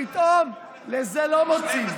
פתאום לזה לא מוצאים.